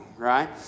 right